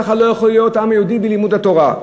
ככה לא יכול להיות עם יהודי בלי לימוד התורה.